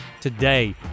today